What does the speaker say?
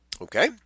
Okay